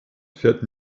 fährt